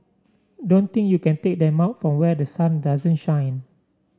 don't think you can take them out from where the sun doesn't shine